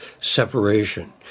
separation